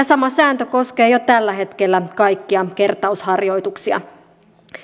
sama sääntö koskee jo tällä hetkellä kaikkia kertausharjoituksia